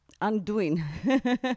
undoing